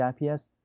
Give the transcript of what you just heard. IPS